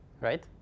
right